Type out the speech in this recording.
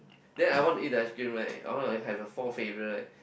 then I want to eat the ice cream right I want to have a four flavor right